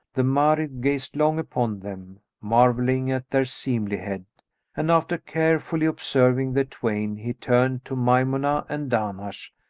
the marid gazed long upon them, marvelling at their seemlihead and, after carefully observing the twain, he turned to maymunah and dahnash,